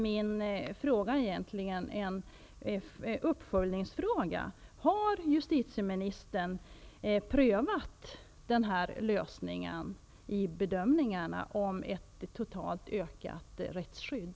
Min fråga är egentligen en uppföljningsfråga: Har justitieministern beaktat den här lösningen vid bedömningen av ett totalt ökat rättsskydd?